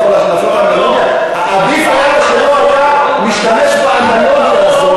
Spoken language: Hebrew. עדיף היה לו שלא היה משתמש באנלוגיה הזאת,